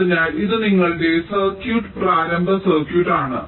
അതിനാൽ ഇത് നിങ്ങളുടെ സർക്യൂട്ട് പ്രാരംഭ സർക്യൂട്ട് ആണ്